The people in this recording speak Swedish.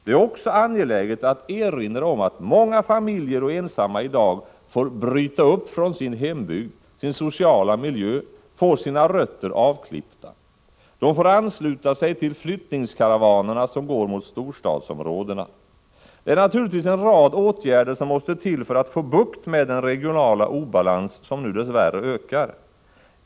Det är också angeläget att erinra om att många familjer och ensamma i dag får bryta upp från sin hembygd och sin sociala miljö, får sina rötter avklippta. De får ansluta sig till de flyttningskara vaner som går mot storstadsområdena. Det är naturligtvis en rad åtgärder som måste till för att få bukt med den regionala obalans som nu dess värre ökar.